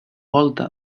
volta